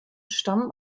stammen